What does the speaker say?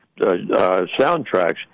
soundtracks